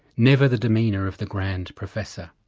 never the demeanour of the grand professor.